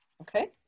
Okay